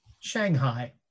Shanghai